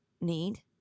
need